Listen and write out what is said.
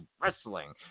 wrestling